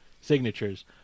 signatures